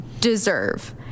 deserve